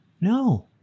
no